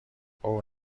اوه